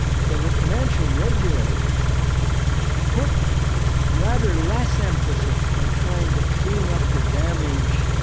so, the financial regulators put rather less emphasis on trying to clean up the damage,